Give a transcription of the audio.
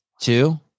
two